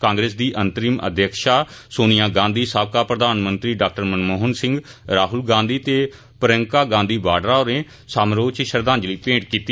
कांग्रेस दी अंतरिम अध्यक्षा सोनिया गांधी साबका प्रधानमंत्री डाक्टर मनमोहन सिंह राह्ल गांधी ते प्रिंयका गांधी वाड्रा होरें समारोह च श्रद्वांजलि भेंट कीती